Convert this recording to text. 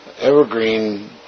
Evergreen